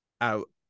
out